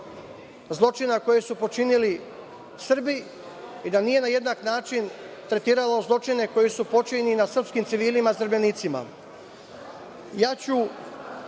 zločina koji su počinili Srbi i da nije na jednak način tretiralo zločine koji su počinjeni nad srpskim civilima zarobljenicima. Izneću